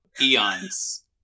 Eons